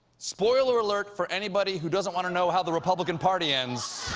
spoiler alert for anybody who doesn't want to know how the republican party ends